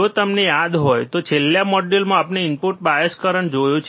જો તમને યાદ હોય તો છેલ્લા મોડ્યુલમાં આપણે ઇનપુટ બાયસ કરંટ જોયો છે